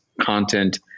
content